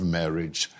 marriage